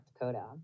Dakota